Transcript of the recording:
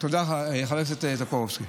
תודה, חבר הכנסת טופורובסקי.